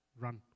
Run